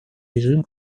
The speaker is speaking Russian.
режим